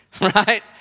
Right